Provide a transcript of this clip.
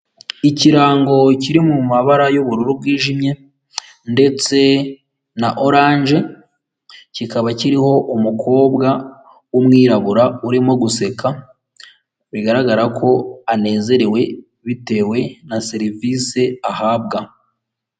Ikirango kiri mu mabara y'ubururu bwijimye ndetse na oranje, kikaba kiriho umukobwa w'umwirabura urimo guseka bigaragara ko anezerewe bitewe na serivisi ahabwa.